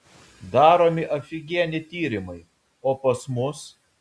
daromi afigieni tyrimai o pas mus